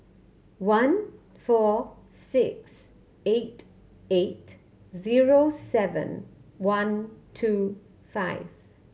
one four six eight eight zero seven one two five